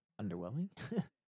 underwhelming